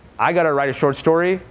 i got to write a short story,